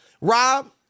Rob